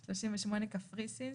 (38) קפריסין,